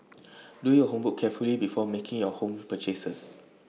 do your homework carefully before making your home purchases